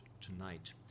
tonight